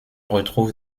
retrouve